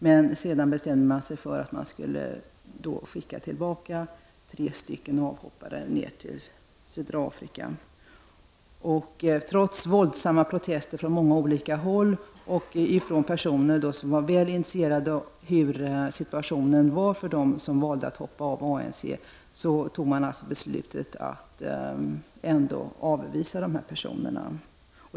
Men sedan bestämde regeringen sig för att skicka tillbaka tre avhoppare till södra Afrika. Trots våldsamma protester från många olika håll, och från personer som var väl initierade i hur situationen var för dem som valt att hoppa av från ANC, fattade regeringen beslutet att ändå avvisa dessa personer.